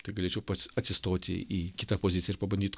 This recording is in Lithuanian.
tai greičiau pats atsistoti į kitą poziciją ir pabandyt